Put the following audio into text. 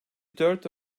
dört